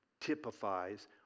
typifies